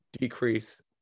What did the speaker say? decrease